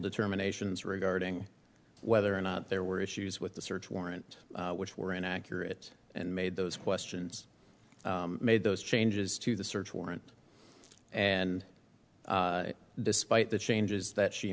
determinations regarding whether or not there were issues with the search warrant which were inaccurate and made those questions made those changes to the search warrant and despite the changes that she